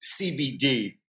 CBD